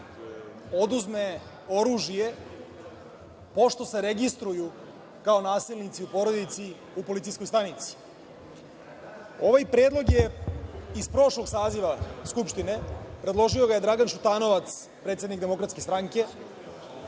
oduzme oružje pošto se registruju kao nasilnici u porodici u policijskoj stanici. Ovaj predlog je iz prošlog saziva Skupštine. Predložio ga je Dragan Šutanovac, predsednik DS. Pričali smo